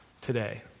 today